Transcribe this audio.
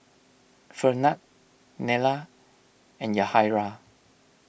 Fernand Nella and Yahaira